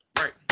Right